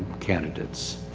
candidates.